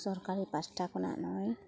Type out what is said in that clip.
ᱥᱚᱨᱠᱟᱨᱤ ᱯᱟᱦᱚᱴᱟ ᱠᱷᱚᱱᱟᱜ ᱱᱚᱜᱼᱚᱭ